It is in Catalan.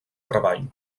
treball